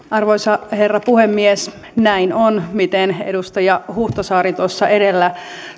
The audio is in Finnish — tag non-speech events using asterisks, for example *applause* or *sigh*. *unintelligible* arvoisa herra puhemies näin on miten edustaja huhtasaari tuossa edellä